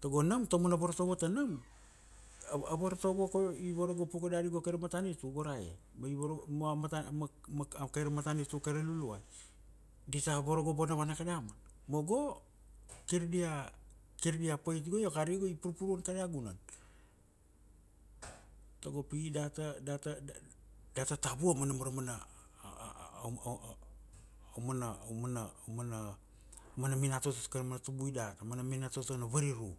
Tago nam, taumana vartovo tanam, a, a vartovo ko, i varagop uka dari go kaira matanitu go ra e. Ma i vara, ma ma kaira matanitu kaira luluai. Dital vorogop vanava ka damana. Ma go, kir dia, kir dia pait go io kari go i purpuruan kadia gunan. Tago pi data, data data tavua ma nam ra mana aumana minatoto kai ra mana tubui dat. A mana minatoto na variru.